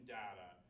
data